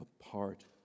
apart